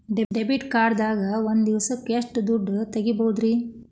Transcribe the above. Debit card ದಾಗ ಒಂದ್ ದಿವಸಕ್ಕ ಎಷ್ಟು ದುಡ್ಡ ತೆಗಿಬಹುದ್ರಿ?